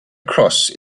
cross